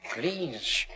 Please